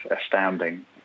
astounding